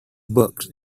books